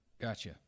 Gotcha